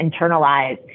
internalize